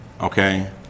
Okay